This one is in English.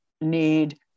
need